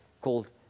called